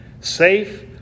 safe